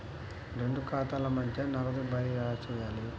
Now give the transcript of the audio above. రెండు ఖాతాల మధ్య నగదు బదిలీ ఎలా చేయాలి?